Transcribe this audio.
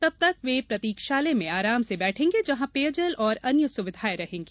तब तक वे प्रतीक्षालयों में आराम से बैठेंगे जहां पेयजल एवं अन्य सुविधाएं रहेंगी